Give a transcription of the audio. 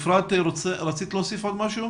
אפרת, בבקשה.